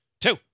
two